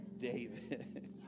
David